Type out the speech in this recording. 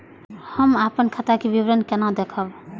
हम अपन खाता के विवरण केना देखब?